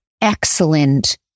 excellent